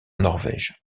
norvège